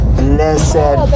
blessed